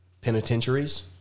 penitentiaries